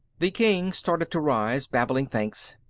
the king started to rise, babbling thanks.